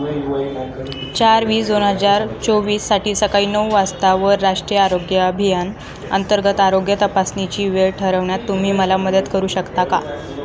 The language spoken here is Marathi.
चार वीस दोन हजार चोवीससाठी सकाळी नऊ वाजतावर राष्ट्रीय आरोग्य अभियान अंतर्गत आरोग्य तपासणीची वेळ ठरवण्यात तुम्ही मला मदत करू शकता का